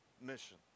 mission